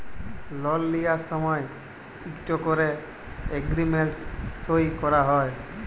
লল লিঁয়ার সময় ইকট ক্যরে এগ্রীমেল্ট সই ক্যরা হ্যয়